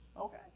Okay